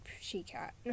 she-cat